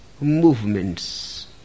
movements